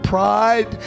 Pride